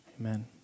amen